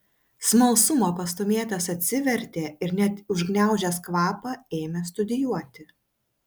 smalsumo pastūmėtas atsivertė ir net užgniaužęs kvapą ėmė studijuoti